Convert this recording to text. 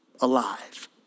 alive